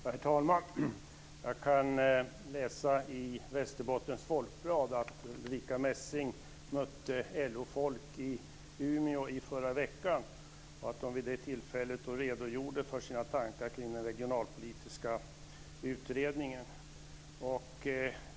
Herr talman! Jag kan läsa i Västerbottens Folkblad att Ulrica Messing mötte LO-folk i Umeå i förra veckan och att hon vid det tillfället redogjorde för sina tankar kring den regionalpolitiska utredningen.